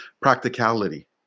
practicality